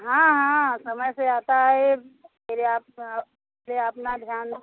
हाँ हाँ समय से आता है फिर अपना ध्यान रखना उसको